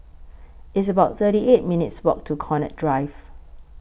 It's about thirty eight minutes' Walk to Connaught Drive